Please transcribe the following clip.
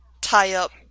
tie-up